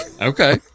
Okay